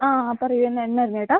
ആ പറയൂ എന്നാ എന്നായിരുന്നു ചേട്ടാ